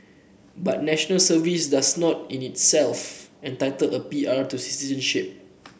but National Service does not in itself entitle a P R to citizenship